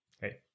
hey